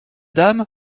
dame